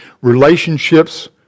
relationships